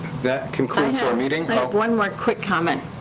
that concludes our meeting. but i one more quick comment.